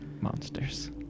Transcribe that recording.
monsters